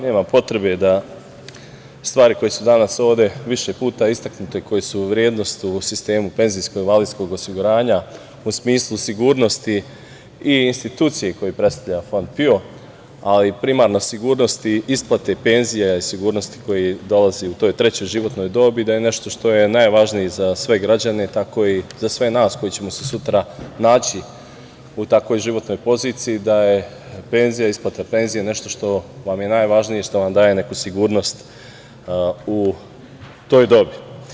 Nemam potrebe da stvari koje su danas ovde više puta istaknute koje su vrednost u sistemu PIO u smislu sigurnosti i institucije koju predstavlja Fond PIO, ali primarne sigurnosti isplate penzija i sigurnosti koja dolazi u toj trećoj životnoj dobi da je nešto što je najvažnije za građane, tako i za sve nas koji ćemo se sutra naći u takvoj životnoj poziciji da je isplata penzija nešto što vam je najvažnije i nešto što vam daje neku sigurnost u toj dobi.